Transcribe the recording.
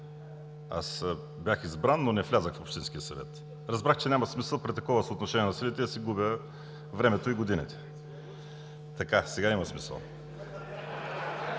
– бях избран, но не влязох в общинския съвет. Разбрах, че няма смисъл при такова съотношение на силите да си губя времето и годините. (Реплики